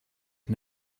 had